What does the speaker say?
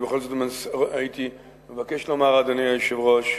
בכל זאת, הייתי מבקש לומר, אדוני היושב-ראש,